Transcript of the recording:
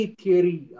theory